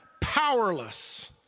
powerless